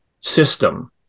system